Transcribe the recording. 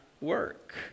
work